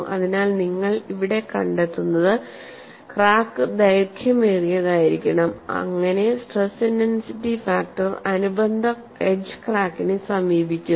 അതിനാൽ നിങ്ങൾ ഇവിടെ കണ്ടെത്തുന്നത് ക്രാക്ക് ദൈർഘ്യമേറിയതായിരിക്കണം അങ്ങിനെ സ്ട്രെസ് ഇന്റൻസിറ്റി ഫാക്ടർ അനുബന്ധ എഡ്ജ് ക്രാക്കിനെ സമീപിക്കുന്നു